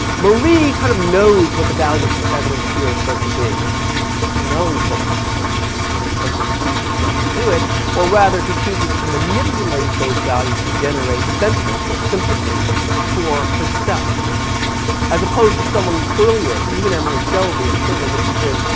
marie kind of knows what the values of the feminine sphere is supposed to be. she she knows what she's supposed to be, she just in some sense chooses not to do it or rather she chooses to manipulate those values to generate sentiment or sympathy for herself. right? as opposed to someone earlier, even emily shelby and certainly misses bird,